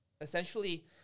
essentially